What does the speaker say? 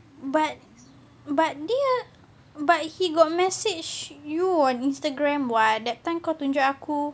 but but dia but he got message you on instagram what that time kau tunjuk aku